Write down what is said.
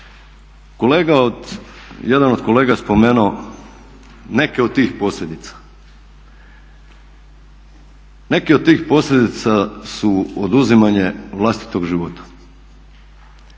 nazad. Jedan od kolega je spomenuo neke od tih posljedica, neki od tih posljedica su oduzimanje vlastitog života,